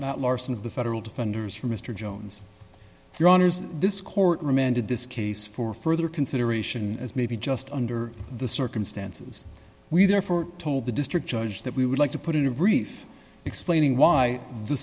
not larson of the federal defenders for mr jones your honour's this court remanded this case for further consideration as maybe just under the circumstances we therefore told the district judge that we would like to put in a brief explaining why the